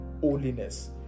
holiness